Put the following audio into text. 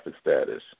status